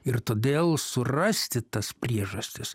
ir todėl surasti tas priežastis